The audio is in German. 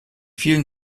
vielen